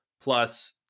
Plus